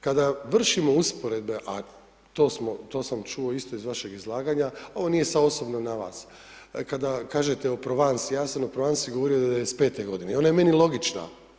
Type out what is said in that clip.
Kada vršimo usporedbe, a to sam čuo isto iz vašeg izlaganja, ovo nije sad osobno na vas, kada kažete o Provansi, ja sam o Provansi govorio 1995. godine i ona je meni logična.